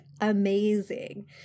amazing